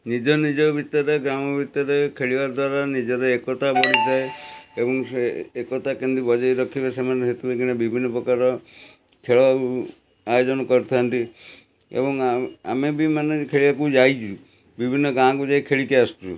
ନିଜ ନିଜ ଭିତରେ ଗ୍ରାମ ଭିତରେ ଖେଳିବା ଦ୍ଵାରା ନିଜର ଏକତା ବଢ଼ିଥାଏ ଏବଂ ସେ ଏକତା କେମିତି ବଜେଇ ରଖିବେ ସେମାନେ ସେଥିପାଇଁ କିନା ବିଭିନ୍ନ ପ୍ରକାର ଖେଳକୁ ଆୟୋଜନ କରିଥାନ୍ତି ଏବଂ ଆମେ ବି ମାନେ ଖେଳିବାକୁ ଯାଇଛୁ ବିଭିନ୍ନ ଗାଁକୁ ଯାଇ ଖେଳିକି ଆସିଛୁ